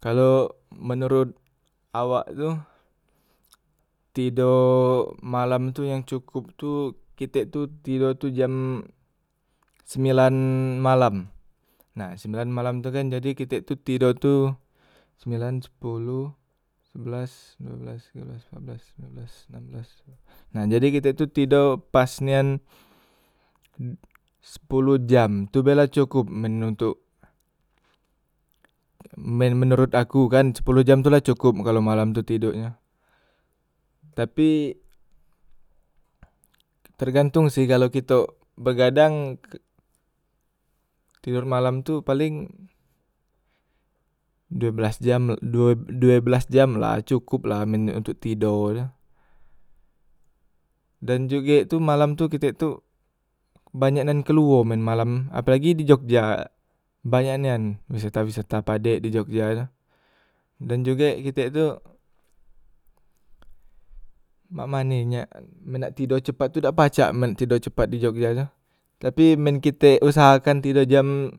kalok menorot awak tu, tido malam tu yang cukup tu kitek tu tido tu jam sembilan malam, nah sembilan malam tu kan jadi kitek tu tido tu sembilan, sepoloh, sebelas, due belas, tige belas, mpat belas, lime belas, nam belas, nah jadi kite tu tido pas nian sepoloh jam tu be la cokop men ntok men menorot aku kan sepoloh jam tu la cokop kalo malam tu tidoknyo, tapi tergantong sih kalo kitok begadang tidor malam tu paleng due belas jam due due belas jam la cokop la men untok tido tu, dan jugek tu malam tu kitek tu banyak nian keluo men malam, apelagi di jogja banyak nian wisata- wisata padek di jogja tu, dan jugek kitek tu mak mane nyak men nak tido cepat tu dak pacak men tido cepat di jogja tu, tapi men kitek usahakan tido jam